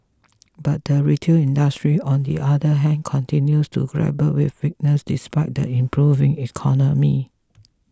but the retail industry on the other hand continues to grapple with weakness despite the improving economy